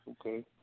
Okay